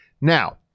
Now